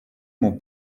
mon